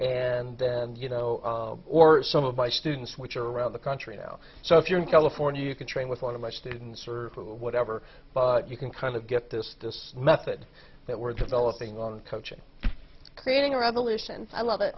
and you know or some of my students which are around the country now so if you're in california you can train with one of my students or whatever but you can kind of get this this method that we're developing on coaching creating a revolution i love